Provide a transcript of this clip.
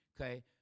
okay